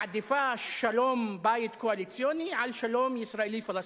מעדיפה שלום-בית קואליציוני על שלום ישראלי פלסטיני.